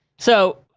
so,